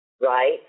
Right